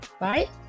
Right